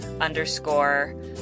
underscore